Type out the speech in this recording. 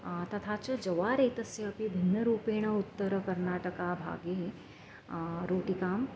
तथा च जवारेतस्य अपि भिन्नरूपेण उत्तरकर्नाटकभागे रोटिकां